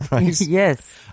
Yes